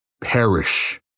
perish